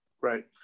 Right